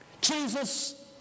Jesus